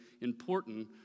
important